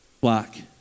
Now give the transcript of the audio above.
black